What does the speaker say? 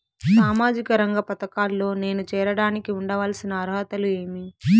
సామాజిక రంగ పథకాల్లో నేను చేరడానికి ఉండాల్సిన అర్హతలు ఏమి?